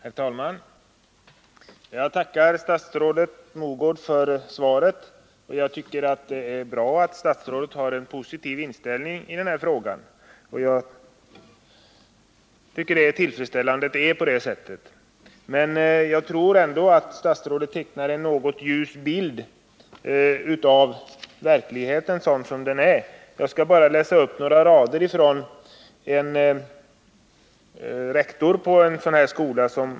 Herr talman! Jag tackar statsrådet Mogård för svaret. Jag tycker det är bra att statsrådet har en positiv inställning i denna fråga. Men jag tror ändå att statsrådet tecknar en något ljus bild av verkligheten, sådan som den är. Jag skall bara läsa upp några rader ur ett brev från en rektor på en sådan här skola.